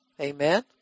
Amen